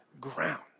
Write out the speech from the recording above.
ground